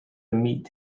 meat